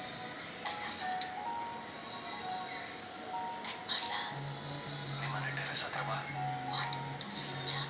combines ಎನ್ನುವುದು ವಿವಿಧ ರೀತಿಯ ಬೆಳೆಗಳನ್ನು ಕುಯ್ಯಲು ವಿನ್ಯಾಸ ಮಾಡಿದ ಯಂತ್ರೋಪಕರಣವಾಗಿದೆ